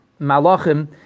Malachim